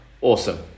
Awesome